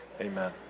amen